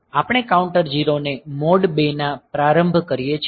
આપણે કાઉન્ટર 0 ને મોડ 2 માં પ્રારંભ કરીએ છીએ